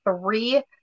three